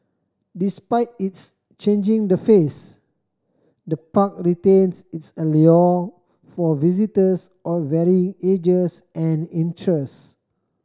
despite its changing the face the park retains its allure for visitors of varying ages and interest